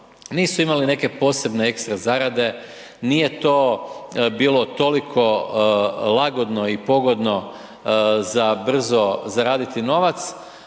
nisu imali neke posebne ekstra zarade, nije to bilo toliko lagodno i pogodno za brzo zaraditi novac,